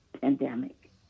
pandemic